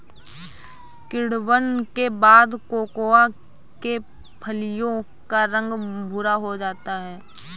किण्वन के बाद कोकोआ के फलियों का रंग भुरा हो जाता है